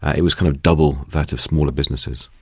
it was kind of double that of smaller businesses.